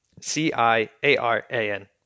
C-I-A-R-A-N